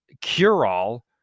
cure-all